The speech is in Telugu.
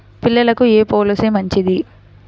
పిల్లలకు ఏ పొలసీ మంచిది?